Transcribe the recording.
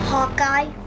Hawkeye